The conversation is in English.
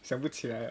想不起来